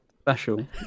special